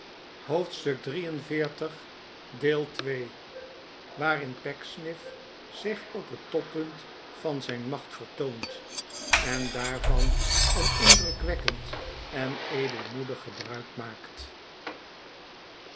hoofdstuk xliii waarin pecksniff zich op het toppunt van zijn macht vertoont en daarvan een indrukwekkend en edelmoedig gebruik maakt